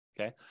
Okay